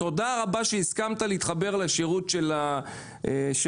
תודה רבה שהסכמת להתחבר לשירות של הסיבים